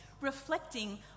reflecting